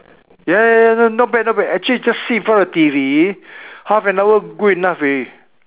ya ya ya not bad not bad actually just sit in front of the T_V half an hour good enough already